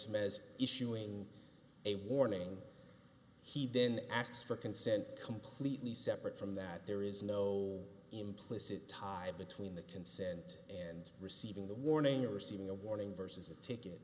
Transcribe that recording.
mez issuing a warning he then asks for consent completely separate from that there is no implicit tie between the consent and receiving the warning receiving a warning versus a ticket